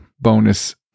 bonus